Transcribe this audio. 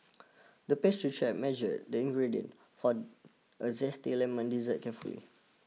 the pastry chef measured the ingredients for a zesty lemon dessert carefully